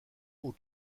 aux